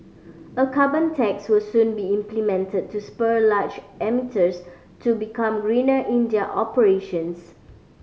a carbon tax will soon be implemented to spur large emitters to become greener in their operations